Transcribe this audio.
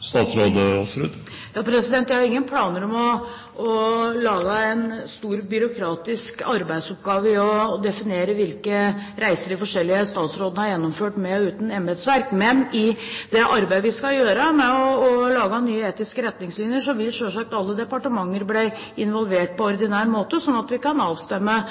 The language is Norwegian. Jeg har ingen planer om å lage en stor byråkratisk arbeidsoppgave med hensyn til å definere hvilke reiser de forskjellige statsrådene har gjennomført med og uten embetsverk. Men i det arbeidet vi skal gjøre med å lage nye etiske retningslinjer, vil selvsagt alle departementer bli involvert på ordinær måte, slik at vi kan